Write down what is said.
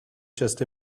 just